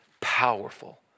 powerful